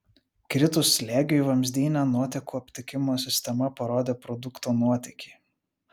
kritus slėgiui vamzdyne nuotėkių aptikimo sistema parodė produkto nuotėkį